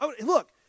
Look